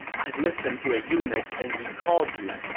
i listened to a eunuch and recalled you.